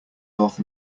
north